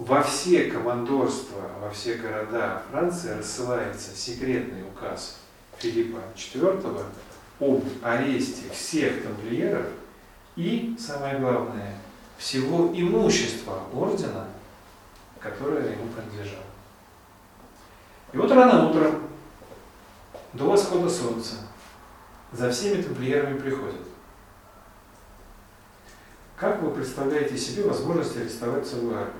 Во все командорства, во все города Франции рассылается секретный указ Филиппа IV, об аресте всех тамплиеров и, самое главное, всего имущества ордена, которое ему принадлежало. И вот рано утром, до восхода солнца, за всеми тамплиерами приходят. Как вы представляете себе возможности арестовать целую армию?